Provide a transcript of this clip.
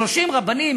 30 רבנים,